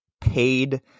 paid